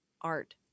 art